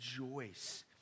rejoice